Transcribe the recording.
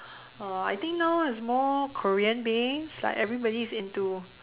uh I think now it's more Korean based like everybody is into